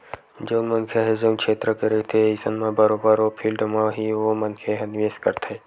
जउन मनखे ह जउन छेत्र के रहिथे अइसन म बरोबर ओ फील्ड म ही ओ मनखे ह निवेस करथे